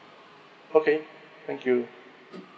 okay thank you